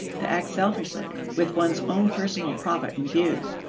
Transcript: to act selfishly, with one's own personal profit in view.